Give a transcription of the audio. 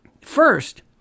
First